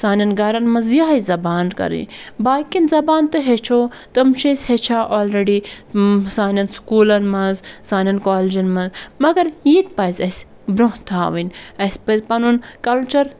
سانٮ۪ن گَرَن مَنٛز یِہوٚے زَبان کَرٕنۍ باقیَن زَبان تہٕ ہیٚچھو تِم چھِ أسۍ ہیٚچھان آلرٔڈی سانٮ۪ن سکوٗلَن مَنٛز سانٮ۪ن کالجَن مَنٛز مگر یہِ تہِ پَزِ اَسہِ برٛونٛہہ تھاوٕنۍ اَسہِ پَزِ پَنُن کَلچَر